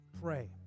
pray